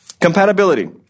Compatibility